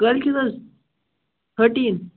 کٲلۍکٮ۪تھ حظ تھٲرٹیٖن